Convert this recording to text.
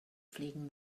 pflegen